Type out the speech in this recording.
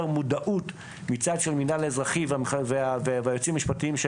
מודעות מצד של מינהל אזרחי והיועצים המשפטיים,